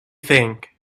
think